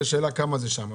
השאלה מה המחיר שלהם בפארק.